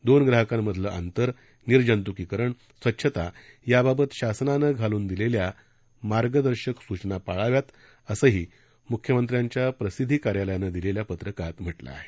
दोन ग्राहकांमधलं अंतर निर्जंतुकीकरण स्वच्छताया बाबत शासनानं घालून दिलेल्या मार्गदर्शन सूचना पाळाव्यात असंही म्ख्यमंत्र्यांच्या प्रसिद्धी कार्यालयानं दिलेल्या पत्रकात म्हटलं हे